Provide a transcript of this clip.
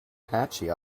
patchy